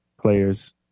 players